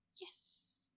yes